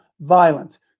violence